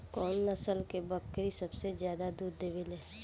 कउन नस्ल के बकरी सबसे ज्यादा दूध देवे लें?